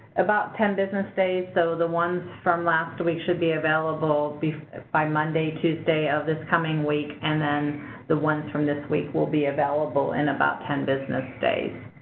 about ten business days, so the ones from last week should be available by monday, tuesday of this coming week, and then the ones from this week will be available in about ten business days.